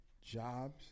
jobs